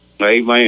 Amen